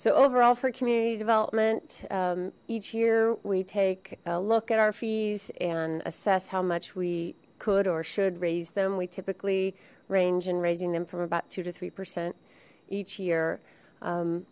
so overall for community development each year we take a look at our fees and assess how much we could or should raise them we typically range and raising them from about two to three percent each